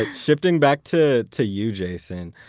ah shifting back to to you, jason,